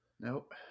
Nope